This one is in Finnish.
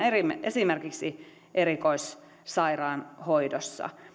esimerkiksi erikoissairaanhoidossa